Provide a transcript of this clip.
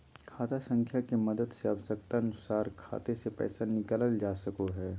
खाता संख्या के मदद से आवश्यकता अनुसार खाते से पैसा निकालल जा सको हय